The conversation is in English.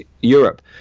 europe